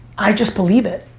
i just believe it.